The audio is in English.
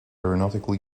aeronautical